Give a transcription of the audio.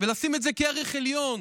ולשים את זה כערך עליון,